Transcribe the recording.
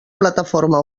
plataforma